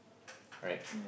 right